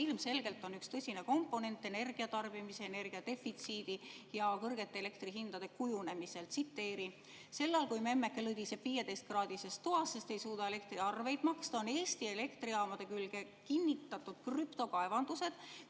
ilmselgelt on üks tõsine komponent energia tarbimise, energiadefitsiidi ja kõrgete elektrihindade kujunemisel. Tsiteerin: "Sellal kui memmeke lõdiseb 15kraadises toas, sest ei suuda elektriarveid maksta, on Eesti elektrijaamade külge kinnitunud krüptokaevandused,